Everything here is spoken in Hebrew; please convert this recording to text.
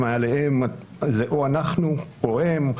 ומעליהם: או אנחנו או הם.